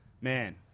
Man